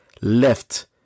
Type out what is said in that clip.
left